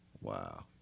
Wow